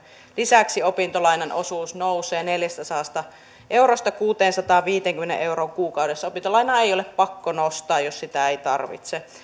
lisäksi opintolainan osuus nousee neljästäsadasta eurosta kuuteensataanviiteenkymmeneen euroon kuukaudessa opintolainaa ei ole pakko nostaa jos sitä ei tarvitse